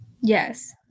Yes